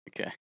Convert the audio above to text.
Okay